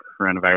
coronavirus